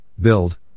build